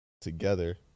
together